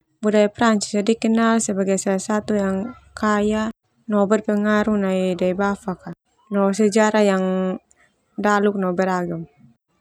Budaya Prancis dikenal sebagai salah satu yang kaya no berpengaruh nai dae bafak no sejarah yang daluk no beragam.